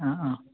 ആ ആ